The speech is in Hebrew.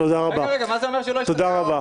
תודה רבה.